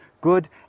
good